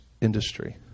industry